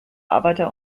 arbeiter